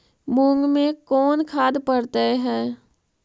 मुंग मे कोन खाद पड़तै है?